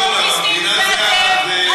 המדינה זה, טרוריסטים זה אתם.